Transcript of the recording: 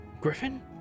Griffin